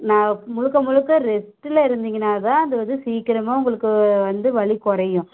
நான் முழுக்க முழுக்க ரெஸ்ட்டில் இருந்தீங்கனா தான் அது வந்து சீக்கிரமாக உங்களுக்கு வந்து வலி குறையும்